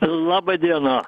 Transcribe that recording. laba diena